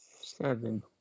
Seven